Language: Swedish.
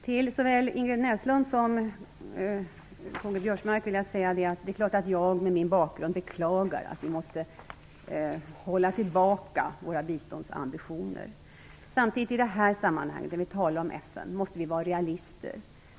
Till såväl Ingrid Näslund som Karl-Göran Biörsmark vill jag säga att jag, med min bakgrund, självfallet beklagar att vi måste hålla tillbaka våra biståndsambitioner. Samtidigt måste vi i det här sammanhanget, när vi talar om FN, vara realister.